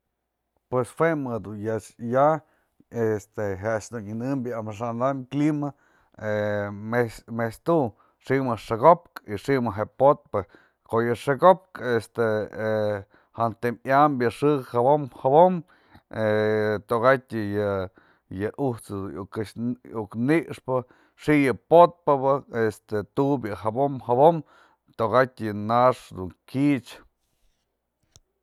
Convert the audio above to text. Pues jue më du ya'a, este je a'ax dun nyanëbyë amaxa'an am clima. eh mejt's tu'u xë mëjk xëko'op y xë mëjk je po'otpë, ko'o yë xëko'op este eh jantëm yambë yë xë jabo'om jabo'om, he toka'atyë yë ujt's du iuk këx ni'ixpa, xi yë po'otpëbë este tu'ubë yë jabo'om jabo'om toka'atyë yë nax du ji'ich.